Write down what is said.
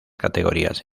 categorías